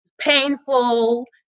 painful